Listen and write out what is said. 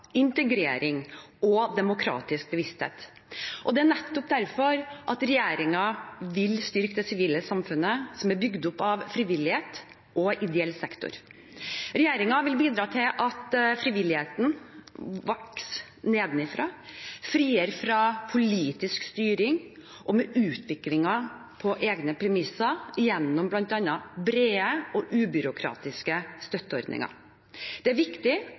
integrering og demokratisk bevissthet. Det er nettopp derfor regjeringen vil styrke det sivile samfunnet, som er bygd opp av frivillighet og ideell sektor. Regjeringen vil bidra til at frivilligheten vokser nedenfra, friere fra politisk styring og med utvikling på egne premisser, gjennom bl.a. brede og ubyråkratiske støtteordninger. Det er viktig